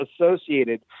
associated